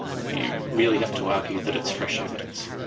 you really have to argue that it's fresh evidence,